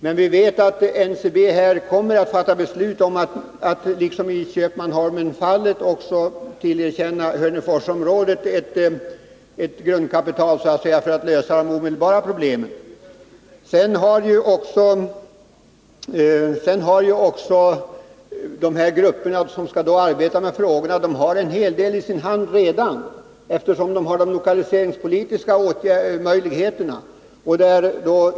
Men vi vet att NCB kommer att fatta beslut om att liksom i Köpmanholmenfallet tillerkänna Hörneforsområdet ett grundkapital för att lösa de omedelbara problemen. De grupper som skall arbeta med dessa frågor har redan en hel del i sin hand att börja med eftersom de har de lokaliseringspolitiska möjligheterna.